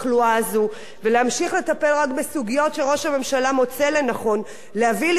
ולהמשיך לטפל רק בסוגיות שראש הממשלה מוצא לנכון להביא לידיעת הציבור,